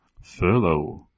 furlough